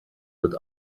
wird